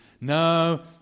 No